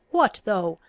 what though?